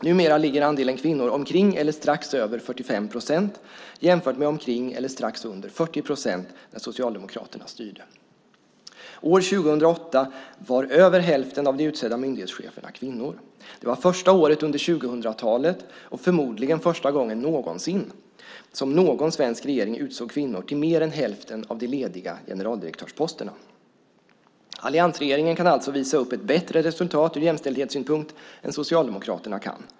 Numera ligger andelen kvinnor omkring eller strax över 45 procent jämfört med omkring eller strax under 40 procent när Socialdemokraterna styrde. År 2008 var över hälften av de utsedda myndighetscheferna kvinnor. Det var det första året under 2000-talet och förmodligen första gången någonsin som någon svensk regering utsåg kvinnor till mer än hälften av de lediga generaldirektörsposterna. Alliansregeringen kan alltså visa upp ett bättre resultat ur jämställdhetssynpunkt än Socialdemokraterna kan.